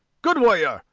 good warrior!